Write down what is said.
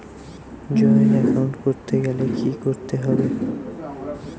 Joint account করতে গেলে কি করতে হবে?